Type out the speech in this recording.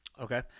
Okay